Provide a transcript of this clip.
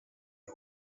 all